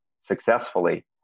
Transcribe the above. successfully